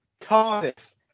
Cardiff